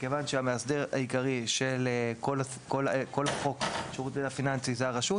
מכיוון שהמאסדר העיקרי של כל חוק שירותים פיננסיים היא הרשות,